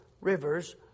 rivers